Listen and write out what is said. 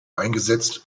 eingesetzt